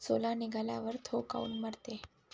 सोला निघाल्यावर थो काऊन मरते?